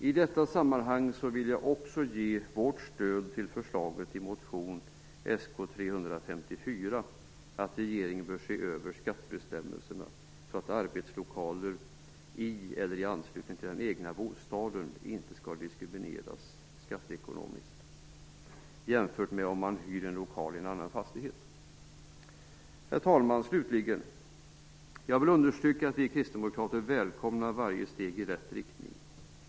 I detta sammanhang vill jag också ge vårt stöd till förslaget i motion Sk354, att regeringen bör se över skattebestämmelserna så att arbetslokaler i eller i anslutning till den egna bostaden inte skall diskrimineras skatteekonomiskt jämfört med om man hyr lokal i annan fastighet. Herr talman! Slutligen vill jag understryka att vi kristdemokrater välkomnar varje steg i rätt riktning.